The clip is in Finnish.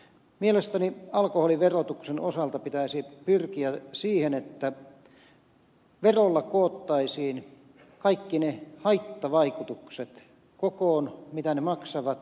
mielestäni alkoholiverotuksen osalta pitäisi pyrkiä siihen että verolla koottaisiin kokoon kaikki ne haittavaikutukset mitä ne maksavat